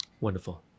Wonderful